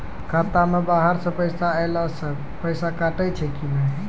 खाता मे बाहर से पैसा ऐलो से पैसा कटै छै कि नै?